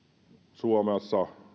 suomessa